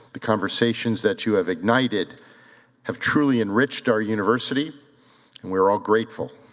the conversations that you have ignited have truly enriched our university and we're all grateful.